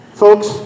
Folks